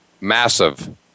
massive